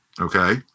Okay